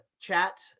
chat